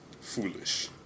Foolish